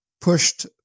pushed